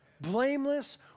Blameless